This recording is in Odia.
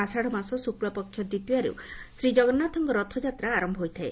ଆଷାତ୍ ମାସ ଶୁକ୍କପକ୍ଷ ଦ୍ିତୀୟାରୁ ଶ୍ରୀଜଗନ୍ନାଥଙ୍କ ରଥଯାତ୍ରା ଆର ହୋଇଥାଏ